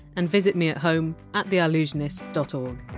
and visit me at home at theallusionist dot o